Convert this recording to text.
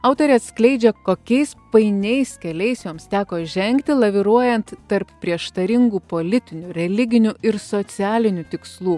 autorė atskleidžia kokiais painiais keliais joms teko žengti laviruojant tarp prieštaringų politinių religinių ir socialinių tikslų